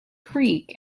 creek